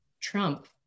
trump